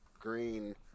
Green